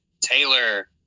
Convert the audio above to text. Taylor